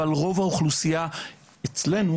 אבל רוב האוכלוסייה אצלנו,